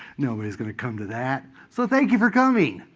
nobody's going to come to that, so thank you for coming.